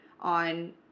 on